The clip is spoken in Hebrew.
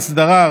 אסדרה,